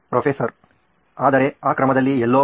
professor ಆದರೆ ಆ ಕ್ರಮದಲ್ಲಿ ಎಲ್ಲೋ